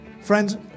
Friends